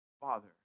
Father